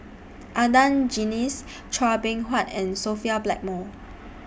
Adan Jimenez Chua Beng Huat and Sophia Blackmore